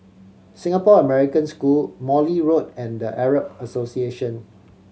Singapore American School Morley Road and The Arab Association